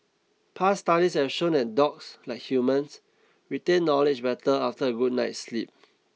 past studies have shown that dogs like humans retain knowledge better after a good night's sleep